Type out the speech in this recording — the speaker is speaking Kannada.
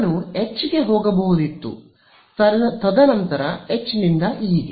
ನಾನು ಹೆಚ್ ಗೆ ಹೋಗಬಹುದಿತ್ತು ತದನಂತರ H ನಿಂದ E ಗೆ